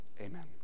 Amen